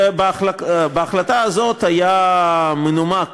ובהחלטה הזאת היה מנומק,